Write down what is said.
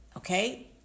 Okay